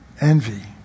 Envy